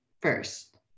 first